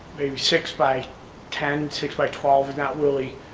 maybe six by ten, six by twelve, is not really